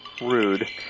rude